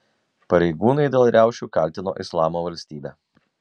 pareigūnai dėl riaušių kaltino islamo valstybę